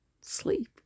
sleep